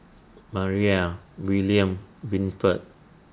Maira William Winford